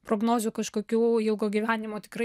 prognozių kažkokių ilgo gyvenimo tikrai